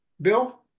bill